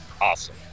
awesome